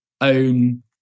own